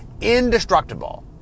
indestructible